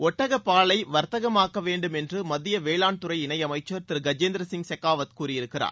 ஒட்டக பாலை வர்த்தகமாக்க வேண்டும் என்று மத்திய வேளாண்துறை இணையமைச்சர் திரு கஜேந்திர சிங் ஷெகாவாத் கூறியிருக்கிறார்